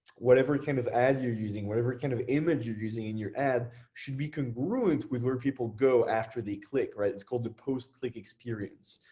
whatever kind of ad you're using, whatever kind of image you're using in your ad should be congruent with where people go after the click. it's called the post click experience.